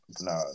no